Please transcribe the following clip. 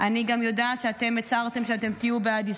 אני גם יודעת שאתם הצהרתם שאתם תהיו בעד עסקה,